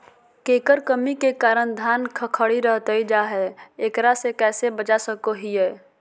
केकर कमी के कारण धान खखड़ी रहतई जा है, एकरा से कैसे बचा सको हियय?